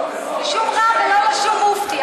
לשום רב ולא לשום מופתי.